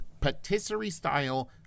patisserie-style